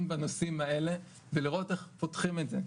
בנושאים האלה ולראות איך פותחים את זה,